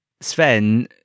Sven